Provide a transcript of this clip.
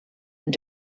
and